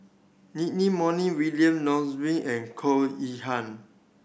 Moey William Nervois and Goh Yihan